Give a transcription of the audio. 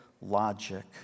logic